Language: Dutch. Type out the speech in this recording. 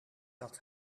had